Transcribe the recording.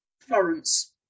Florence